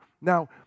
Now